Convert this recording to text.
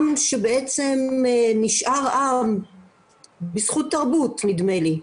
עם שנשאר עם בזכות תרבות, נדמה לי.